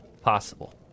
possible